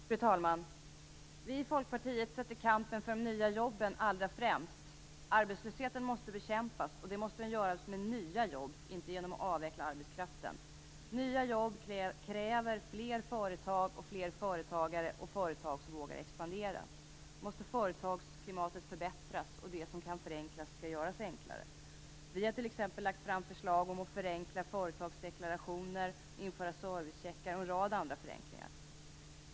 Fru talman! Vi i Folkpartiet sätter kampen för de nya jobben allra främst. Arbetslösheten måste bekämpas, och det måste göras med nya jobb, inte genom avveckling av arbetskraft. Nya jobb kräver fler företag, fler företagare och företag som vågar expandera. Därför måste företagsklimatet förbättras och det som kan förenklas göras enklare. Vi har t.ex. lagt fram förslag om att förenkla företagsdeklarationer, införa servicecheckar och en rad andra förenklingar.